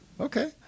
Okay